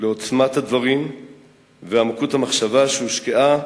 לעוצמת הדברים ולעמקות המחשבה שהושקעה